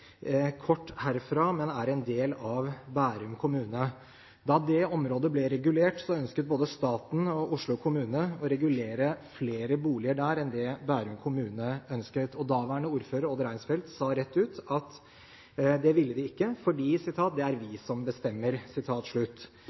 kort herfra, men er en del av Bærum kommune. Da det området ble regulert, ønsket både staten og Oslo kommune å regulere for flere boliger der enn det Bærum kommune ønsket. Daværende ordfører Odd Reinsfelt sa rett ut at det ville de ikke: Det er vi som bestemmer.